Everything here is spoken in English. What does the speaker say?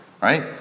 right